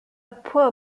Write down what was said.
poor